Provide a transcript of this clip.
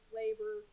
labor